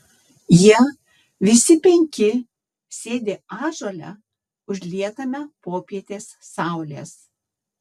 jie visi penki sėdi ąžuole užlietame popietės saulės